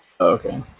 Okay